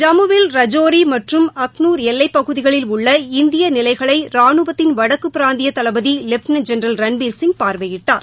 ஜம்மு வில் ரஜோரி மற்றும் அக்நூர் எல்லைப்பகுதிகளில் உள்ள இந்திய நிலைகளை ரானுவத்தின் வடக்குப் பிராந்தி தளபதி லெப்டினென்ட் ஜெனரல் ரன்பீர்சிங் பார்வையிட்டார்